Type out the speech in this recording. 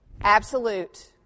absolute